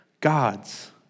God's